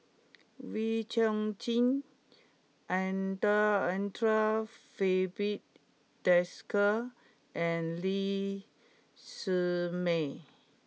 Wee Chong Jin Anda Andre Filipe Desker and Lee Shermay